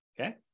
Okay